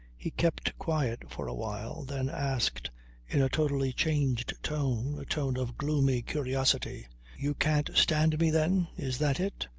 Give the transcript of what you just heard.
he kept quiet for a while, then asked in a totally changed tone, a tone of gloomy curiosity you can't stand me then? is that it?